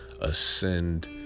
Ascend